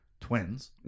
twins